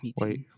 Wait